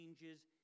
changes